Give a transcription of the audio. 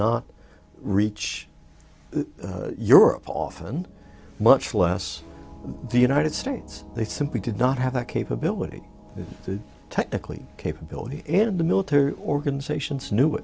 not reach europe often much less the united states they simply did not have that capability technically capability and the military organizations knew